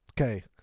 Okay